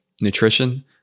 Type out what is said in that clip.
nutrition